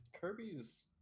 kirby's